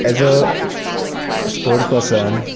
as a sports person